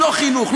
לא חינוך,